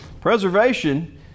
Preservation